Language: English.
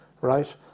right